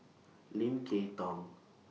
Lim Kay Tong